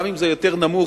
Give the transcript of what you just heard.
גם אם זה יותר נמוך